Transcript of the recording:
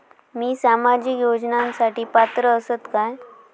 मी सामाजिक योजनांसाठी पात्र असय काय?